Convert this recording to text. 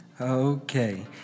Okay